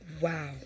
wow